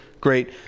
Great